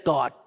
God